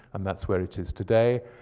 and that's where it is today.